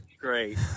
Great